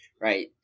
right